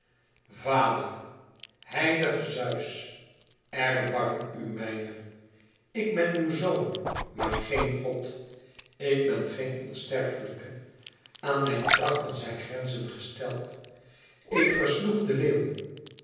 vader heilige zeus erbarm u mijner ik ben uw zoon maar geen god ik ben geen onsterflijke aan mijn krachten zijn grenzen gesteld ik versloeg den leeuw